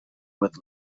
with